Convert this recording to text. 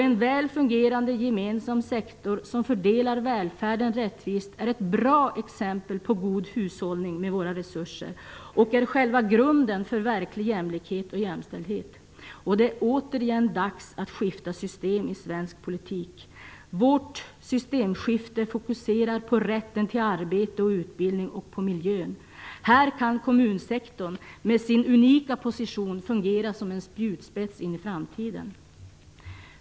En väl fungerande gemensam sektor som fördelar välfärden rättvist är ett bra exempel på god hushållning med våra resurser och utgör själva grunden för verklig jämlikhet och jämställdhet. Det är återigen dags att skifta system i svensk politik. Vårt systemskifte fokuserar på rätten til arbete och utbildning samt på miljön. Här kan kommunsektorn med sin unika position fungera som en spjutspets in i framtiden.